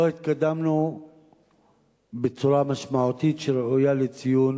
לא התקדמנו בצורה משמעותית שראויה לציון.